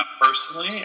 personally